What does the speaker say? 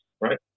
right